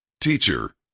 Teacher